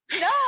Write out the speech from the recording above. No